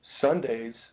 Sundays